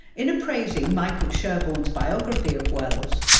in appraising michael sherborne's biography of wells,